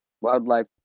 Wildlife